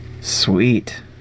Sweet